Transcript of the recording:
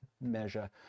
measure